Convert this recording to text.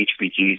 HPG's